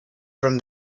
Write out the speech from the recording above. from